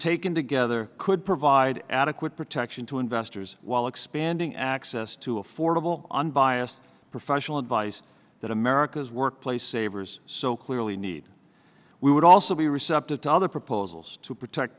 taken together could provide adequate protection to investors while expanding access to affordable unbiased professional advice that america's workplace savers so clearly need we would also be receptive to other proposals to protect